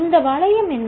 இந்த வளையம் என்ன